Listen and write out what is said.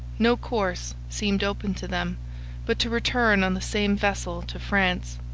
no course seemed open to them but to return on the same vessel to france.